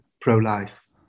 pro-life